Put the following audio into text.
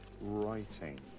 writing